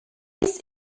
dies